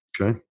Okay